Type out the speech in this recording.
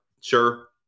Sure